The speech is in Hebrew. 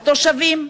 התושבים,